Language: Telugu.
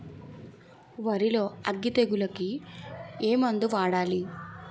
వరిలో అగ్గి తెగులకి ఏ మందు వాడాలి?